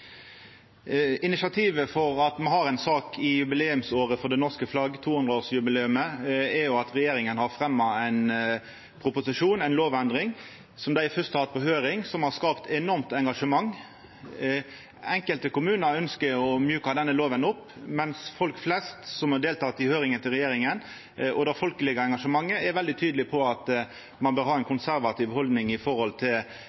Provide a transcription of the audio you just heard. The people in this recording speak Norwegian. Initiativet til at me har ei sak i jubileumsåret for det norske flagget, 200-årsjubileet, tok regjeringa ved å fremja ein proposisjon, ei lovendring som dei fyrst har hatt på høyring, og som har skapt eit enormt engasjement. Enkelte kommunar ynskjer å mjuka denne loven opp, mens folk flest som har delteke i høyringa til regjeringa, og det folkelege engasjementet, er veldig tydeleg på at ein bør ha